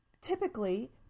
typically